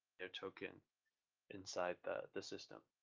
their token inside the the system.